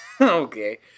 Okay